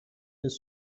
his